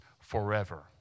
forever